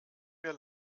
mir